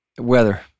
Weather